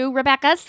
Rebecca